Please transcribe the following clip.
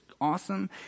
awesome